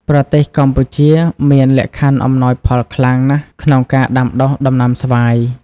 ប្រទេសកម្ពុជាមានលក្ខខណ្ឌអំណោយផលខ្លាំងណាស់ក្នុងការដាំដុះដំណាំស្វាយ។